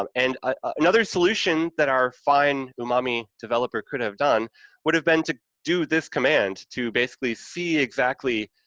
um and ah another solution that our fine umami developer could have done would have been to do this command, to basically see exactly